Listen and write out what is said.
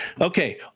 okay